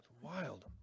Wild